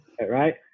Right